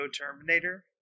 terminator